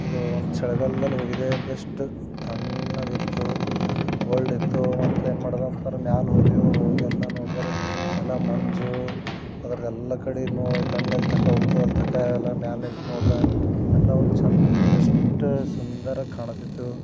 ಇದು ಒಂದು ಚಳಿಗಾಲ್ದಲ್ಲಿ ಹೋಗಿದ್ದೆ ಬೆಸ್ಟ ತಣ್ಣಗಿತ್ತು ಕೋಲ್ಡಿತ್ತು ಮತ್ತೇನು ಮಾಡಿದ ಅಂತಂದ್ರೆ ಮ್ಯಾಲ ಹೋದೆವು ಹೋಗಿ ಎಲ್ಲ ನೋಡಿದ್ರೆ ಎಲ್ಲ ಮಂಜು ಅದ್ರದ್ದೆಲ್ಲ ಕಡೆ ಇನ್ನು ಕಣ್ಣು ಎಲ್ಲಿ ತನ್ಕ ಹೋಗ್ತದೆ ಅಲ್ಲಿ ತಕ ಎಲ್ಲ ಮ್ಯಾಲ ನಿಂತು ನೋಡಿದ ಎಲ್ಲ ಒಂದು ಚೆಂದ ಬೆಸ್ಟ ಸುಂದರ ಆಗಿ ಕಾಣುತ್ತಿತ್ತು